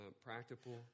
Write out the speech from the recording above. practical